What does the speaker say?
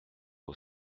aux